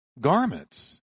garments